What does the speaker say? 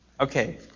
Okay